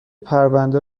پرونده